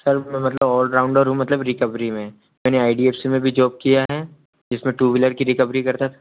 sir मतलब allrounder हूँ मतलब रिकवरी में मैंने आई डी एफ़ सी में भी जॉब किया है जिस में टू व्हीलर की रिकवरी करता था